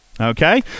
Okay